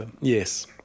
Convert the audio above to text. yes